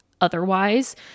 otherwise